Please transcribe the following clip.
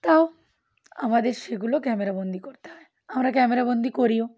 তাও আমাদের সেগুলো ক্যামেরাবন্দি করতে হয় আমরা ক্যামেরাবন্দি করিও